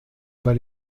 pas